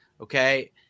okay